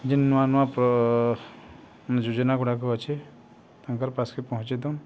ଯେନ୍ ନୂଆ ନୂଆ ଯୋଜନାଗୁଡ଼ାକ ଅଛେ ତାଙ୍କର୍ ପାସ୍କେ ପହଞ୍ଚେଇ ଦଉନ୍